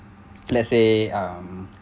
let's say um